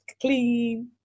clean